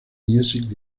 music